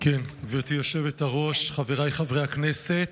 גברתי היושבת-ראש, חבריי חברי הכנסת,